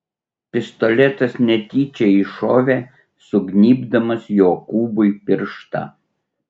pistoletas netyčia iššovė sugnybdamas jokūbui pirštą